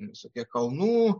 visokie kalnų